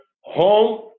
home